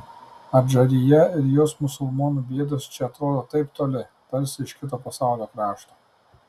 adžarija ir jos musulmonų bėdos čia atrodo taip toli tarsi iš kito pasaulio krašto